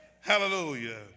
Hallelujah